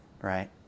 right